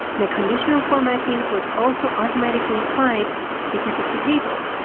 my conditional formatting was also automatically applied because it's a table.